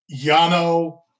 Yano